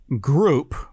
group